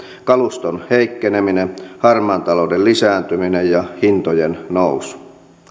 kaluston heikkeneminen harmaan talouden lisääntyminen ja hintojen nousu